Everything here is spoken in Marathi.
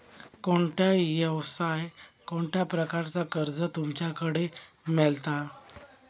कोणत्या यवसाय कोणत्या प्रकारचा कर्ज तुमच्याकडे मेलता?